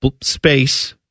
Space